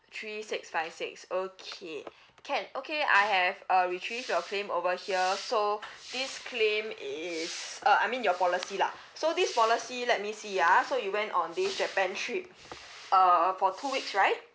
three six five six okay can okay I have uh retrieved your claim over here so this claim is uh I mean your policy lah so this policy let me see ah so you went on this japan trip uh for two weeks right